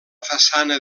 façana